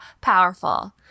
powerful